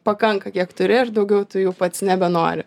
pakanka kiek turi ir daugiau tu jų pats nebenori